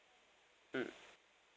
mm